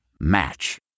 Match